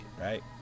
right